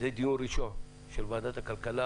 זה דיון ראשון של ועדת הכלכלה